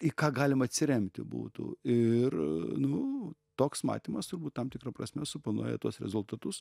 į ką galima atsiremti būtų ir nu toks matymas turbūt tam tikra prasme suponuoja tuos rezultatus